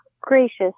Gracious